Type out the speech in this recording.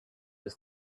was